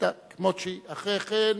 השאילתא כמות שהיא, ואחרי כן,